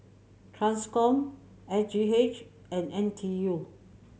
Transcom S G H and N T U